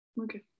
Okay